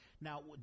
now